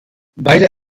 beider